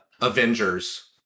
Avengers